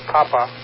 Papa